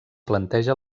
planteja